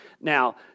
Now